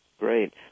Great